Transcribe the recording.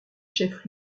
chef